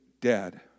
dead